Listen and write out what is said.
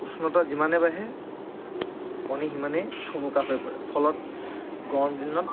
উষ্ণতা যিমানেই বাঢ়ে কণী সিমানেই থুনুকা হৈ পৰে ফলত গৰম দিনত